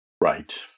Right